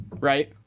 right